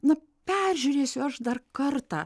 na peržiūrėsiu aš dar kartą